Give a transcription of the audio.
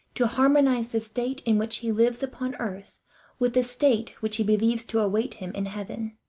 to harmonize the state in which he lives upon earth with the state which he believes to await him in heaven.